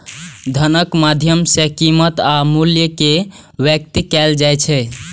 धनक माध्यम सं कीमत आ मूल्य कें व्यक्त कैल जाइ छै